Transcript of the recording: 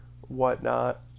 whatnot